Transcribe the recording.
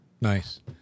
Nice